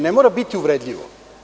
Ne mora biti uvredljivo.